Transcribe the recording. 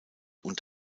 und